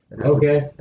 Okay